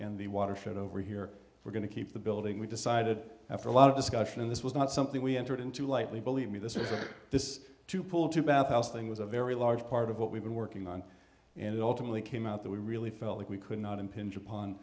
in the watershed over here we're going to keep the building we decided after a lot of discussion and this was not something we entered into lightly believe me this is a this is to pull to bathhouse thing was a very large part of what we've been working on and it ultimately came out that we really felt that we could not impinge upon